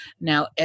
Now